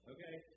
Okay